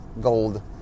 gold